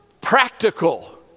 practical